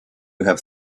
have